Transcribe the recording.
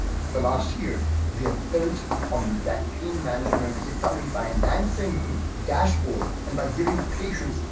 over the last year we have built on that pain management somebody by enhancing the dashboard and by giving patrons,